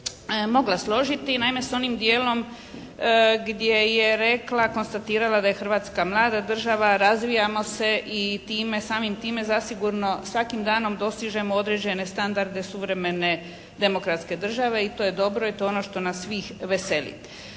mogla složiti, naime s onim dijelom gdje je rekla, konstatirala da je Hrvatska mlada država, razvijamo se i time samim time zasigurno svakim danom dosižemo određene standarde suvremene demokratske države i to je dobro i to je ono što nas svih veseli.